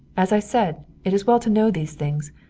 as i said, it is well to know these things.